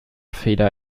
feder